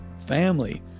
family